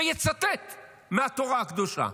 ויצטט מהתורה הקדושה.